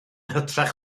hytrach